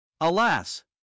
Alas